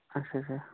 اچھا اچھا